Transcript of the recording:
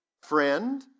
friend